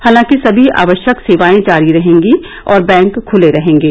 हालांकि समी आवश्यक सेवाएं जारी रहेंगी और बैंक खुले रहेंगे